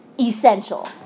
essential